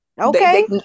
Okay